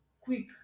Quick